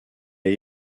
ait